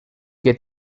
que